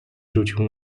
rzucił